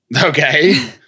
Okay